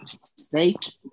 state